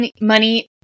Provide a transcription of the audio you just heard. money